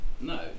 No